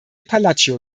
palacio